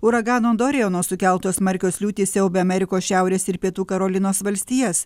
uragano doriano sukeltos smarkios liūtys siaubia amerikos šiaurės ir pietų karolinos valstijas